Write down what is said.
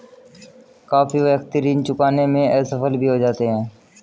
काफी व्यक्ति ऋण चुकाने में असफल भी हो जाते हैं